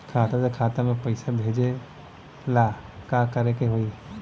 खाता से खाता मे पैसा भेजे ला का करे के होई?